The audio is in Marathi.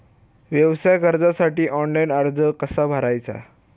व्यवसाय कर्जासाठी ऑनलाइन अर्ज कसा भरायचा?